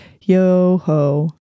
yo-ho